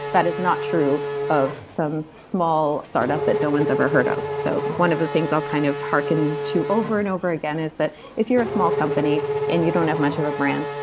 that is not true of some small startup that no one has ever heard of. so one of the things i'll kind of hark in and to over and over again is that if you're a small company and you don't have much of a brand,